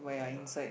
that one ah